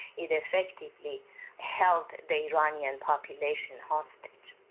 it effectively held the iranian population hostage.